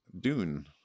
dune